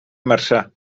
marzà